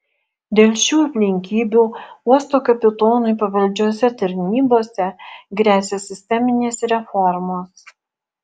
dėl šių aplinkybių uosto kapitonui pavaldžiose tarnybose gresia sisteminės reformos